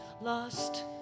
lost